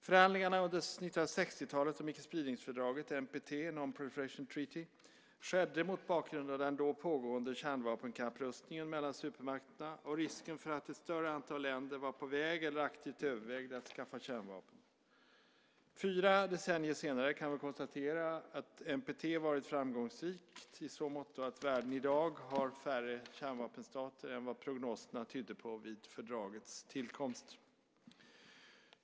Förhandlingarna under 1960-talet om icke-spridningsfördraget, NPT, Non-Proliferation Treaty, skedde mot bakgrund av den då pågående kärnvapenkapprustningen mellan supermakterna och risken för att ett större antal länder var på väg eller aktivt övervägde att skaffa kärnvapen. Fyra decennier senare kan vi konstatera att NPT varit framgångsrikt i så måtto att världen i dag har färre kärnvapenstater än vad prognoserna tydde på vid fördragets tillkomst.